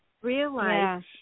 realize